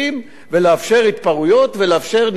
ולאפשר התפרעויות ולאפשר ניבולי פה.